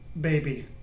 baby